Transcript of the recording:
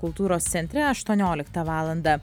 kultūros centre aštuonioliktą valandą